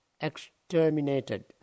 exterminated